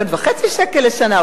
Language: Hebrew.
1.5 מיליון שקל לשנה,